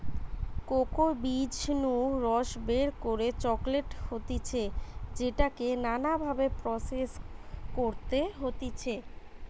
cocoa বীজ নু রস বের করে চকলেট হতিছে যেটাকে নানা ভাবে প্রসেস করতে হতিছে